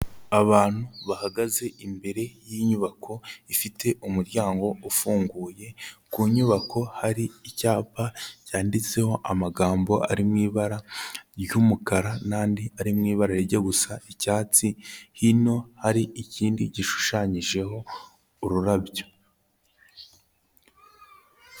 Abantu bahagaze imbere y'inyubako ifite umuryango ufunguye. Ku nyubako hari icyapa cyanditseho amagambo ari mu ibara ry'umukara n'andi ari mu ibara rijya gusa icyatsi, hino hari ikindi gishushanyijeho ururabyo.